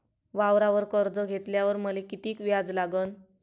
वावरावर कर्ज घेतल्यावर मले कितीक व्याज लागन?